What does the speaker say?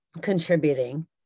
contributing